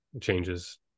changes